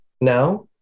now